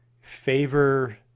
favor